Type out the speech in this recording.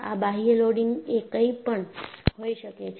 આ બાહ્ય લોડિંગ એ કંઈપણ હોઈ શકે છે